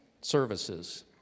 services